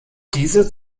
diese